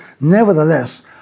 nevertheless